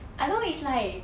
I know it's like